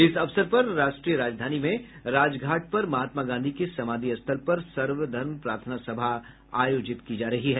इस अवसर पर राष्ट्रीय राजधानी में राजघाट पर महात्मा गांधी की समाधि पर सर्वधर्म प्रार्थना सभा आयोजित की जा रही है